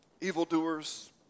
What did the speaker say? evildoers